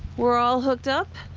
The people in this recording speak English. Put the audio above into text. we're all hooked up,